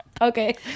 Okay